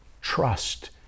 trust